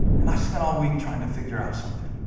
and i spent all week trying to figure out something.